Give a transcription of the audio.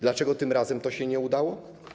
Dlaczego tym razem to się nie udało?